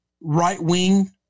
right-wing